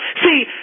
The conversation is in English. See